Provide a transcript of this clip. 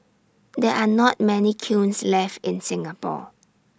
there are not many kilns left in Singapore